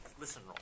listen